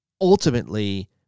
Ultimately